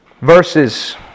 verses